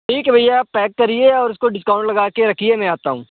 ठीक है भैया आप पैक करिए और इसको डिस्काउंट लगा के रखिए मैं आता हूँ